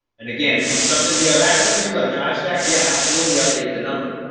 and again, if it's something you have access to like dr stacks, yeah, absolutely update the number.